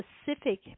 specific